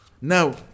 Now